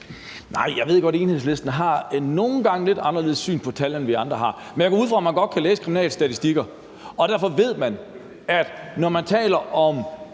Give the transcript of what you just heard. Nej, jeg ved godt, at Enhedslisten nogle gange har et lidt anderledes syn på tal, end vi andre har, men jeg går ud fra, at man godt kan læse kriminalitetsstatistikker, og derfor ved man, at når man taler om